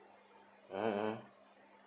mmhmm mmhmm